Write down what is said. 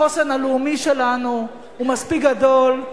החוסן הלאומי שלנו הוא מספיק גדול.